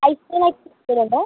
ice cream item എന്തെങ്കിലുമുണ്ടോ